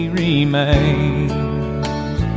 remains